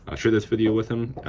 ah share this video with them.